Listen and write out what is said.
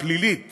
הפלילית